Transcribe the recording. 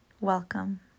welcome